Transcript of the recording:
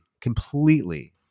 completely